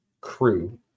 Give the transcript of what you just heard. crew